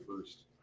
first